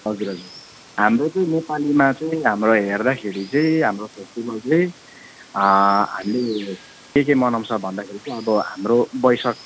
हजुर हजुर हाम्रो चाहिँ नेपालीमा चाहिँ हाम्रो हेर्दाखेरि चाहिँ हाम्रो चाहिँ अँ हामी के के मनाउँछ भन्दाखेरि अब हाम्रो वैशाख